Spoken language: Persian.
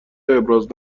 ابراز